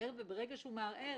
ברגע שהוא מערער,